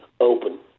open